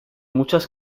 muchas